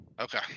Okay